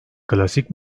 klasik